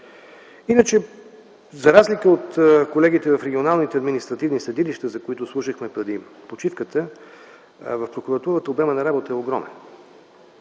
Иначе, за разлика от колегите в регионалните административни съдилища, за които слушахме преди почивката, в Прокуратурата обемът на работа е огромен.